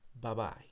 Bye-bye